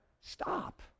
stop